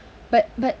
but but